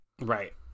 Right